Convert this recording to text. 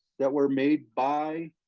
that were made by